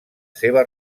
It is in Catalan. seva